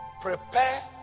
Prepare